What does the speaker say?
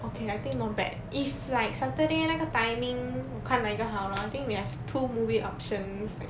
okay I think not bad if like saturday 那个 timing 看哪一个好 hor I think we have two movie options